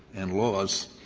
and laws,